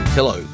Hello